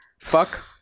Fuck